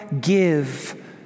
give